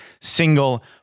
single